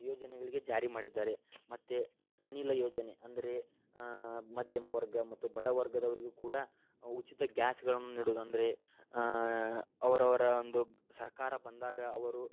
ಯೋಜನೆಗಳಿಗೆ ಜಾರಿ ಮಾಡಿದ್ದಾರೆ ಮತ್ತು ಅನಿಲ ಯೋಜನೆ ಅಂದರೆ ಮಧ್ಯಮ ವರ್ಗ ಮತ್ತು ಬಡವರ್ಗದವರಿಗೂ ಕೂಡ ಉಚಿತ ಗ್ಯಾಸ್ಗಳನ್ನು ನೀಡುವುದು ಅಂದರೆ ಅವರವರ ಒಂದು ಸರ್ಕಾರ ಬಂದಾಗ ಅವರು